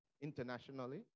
internationally